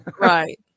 Right